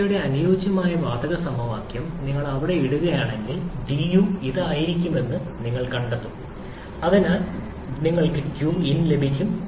അവസ്ഥയുടെ അനുയോജ്യമായ വാതക സമവാക്യം നിങ്ങൾ അവിടെ ഇടുകയാണെങ്കിൽ du ഇതായിരിക്കുമെന്ന് നിങ്ങൾ കണ്ടെത്തും du Cv dT അതിനാൽ നിങ്ങൾക്ക് qin ലഭിക്കും